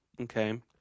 okay